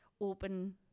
open